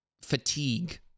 fatigue